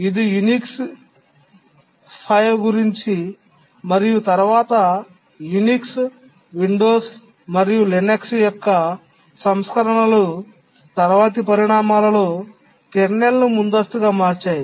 ఇది యునిక్స్ 5 గురించి మరియు తరువాత యునిక్స్ విండోస్ మరియు లైనక్స్ యొక్క సంస్కరణలు తరువాతి పరిణామాలలో కెర్నల్ను ముందస్తుగా మార్చాయి